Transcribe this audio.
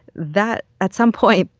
that at some point,